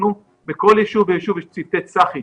בכל יישוב ויישוב יש צוותי צח"י,